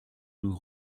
nous